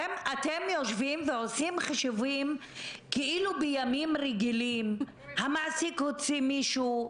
אתם יושבים ועושים חישובים כאילו בימים רגילים המעסיק הוציא מישהו,